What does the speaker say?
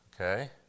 Okay